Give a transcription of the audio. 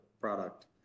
product